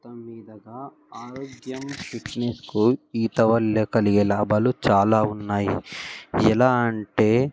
మొత్తం మీదగా ఆరోగ్యం ఫిట్నెస్కు ఈత వల్ల కలిగే లాభాలు చాలా ఉన్నాయి ఎలా అంటే